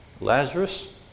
Lazarus